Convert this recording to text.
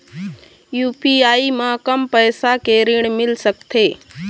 UPI म कम पैसा के ऋण मिल सकथे?